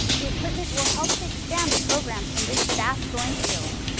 the equipment will help to expand the programs in this fast-growing field.